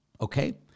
okay